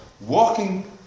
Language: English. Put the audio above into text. walking